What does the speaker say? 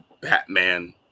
Batman